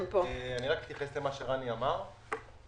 אתייחס למה שרני אמר.